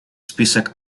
список